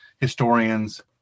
historians